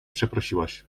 przeprosiłaś